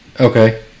Okay